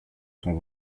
ton